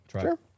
sure